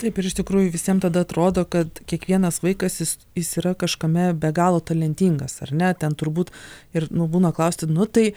taip ir iš tikrųjų visiem tada atrodo kad kiekvienas vaikas jis jis yra kažkame be galo talentingas ar ne ten turbūt ir nu būna klausti nu tai